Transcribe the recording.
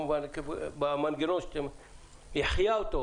החיה אותו.